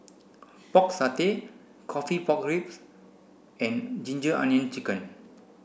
pork satay coffee pork ribs and ginger onion chicken